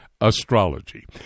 astrology